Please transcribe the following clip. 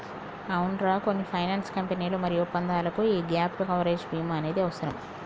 అవునరా కొన్ని ఫైనాన్స్ కంపెనీలు మరియు ఒప్పందాలకు యీ గాప్ కవరేజ్ భీమా అనేది అవసరం